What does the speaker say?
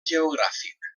geogràfic